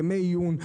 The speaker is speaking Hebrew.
ימי עיון,